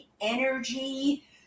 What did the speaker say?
energy